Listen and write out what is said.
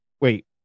Wait